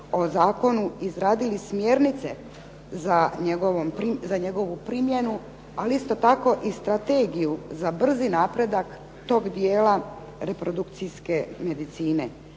o zakonu izradili smjernice za njegovu primjenu, a isto tako i strategiju za brzi napredak tog dijela reprodukcijske medicine.